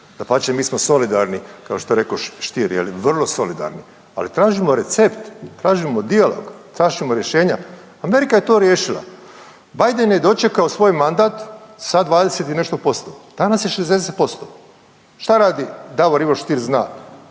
dapače mi smo solidarni kao što je rekao Stier, vrlo solidarni, ali tražimo recept, tražimo djelo, tražimo rješenja. Amerika je to riješila, Biden je dočekao svoj mandat sa 20 i nešto posto, danas je 60%. Šta radi? Davor Ivo Stier zna,